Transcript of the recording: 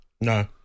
No